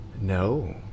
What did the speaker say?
No